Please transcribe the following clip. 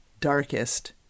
darkest